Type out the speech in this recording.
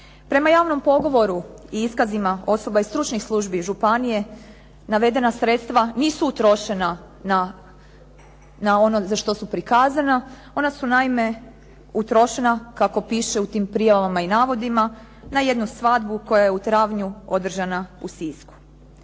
Prema javnom pogovoru i iskazima osoba iz stručnih službi i županije navedena sredstva nisu utrošena na ono za što su prikazana. Ona su naime utrošena kako piše u tim prijavama i navodima na jednu svadbu koja je u travnju održana u Sisku.